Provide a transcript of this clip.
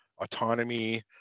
autonomy